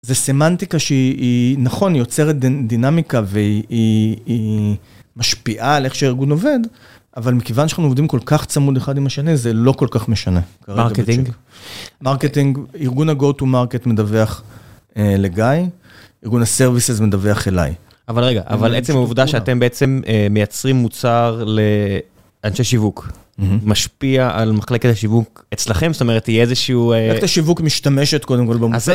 זו סמנטיקה שהיא נכון, היא יוצרת דינמיקה והיא משפיעה על איך שהארגון עובד, אבל מכיוון שאנחנו עובדים כל כך צמוד אחד עם השני, זה לא כל כך משנה. מרקטינג? מרקטינג, ארגון ה-go-to-market מדווח לגיא, ארגון הסרוויסז מדווח אליי. אבל רגע, אבל עצם העובדה שאתם בעצם מייצרים מוצר לאנשי שיווק, משפיע על מחלקת השיווק אצלכם, זאת אומרת, יהיה איזשהו... מחלקת השיווק משתמשת קודם כל במובן.